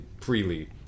freely